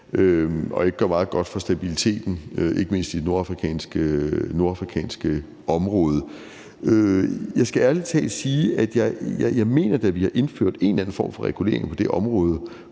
som ikke gør meget godt for stabiliteten, ikke mindst i det nordafrikanske område. Jeg skal ærlig talt sige, at jeg da mener, at vi har indført en eller anden form for regulering på det område